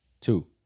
two